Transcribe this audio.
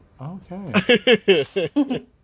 Okay